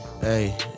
Hey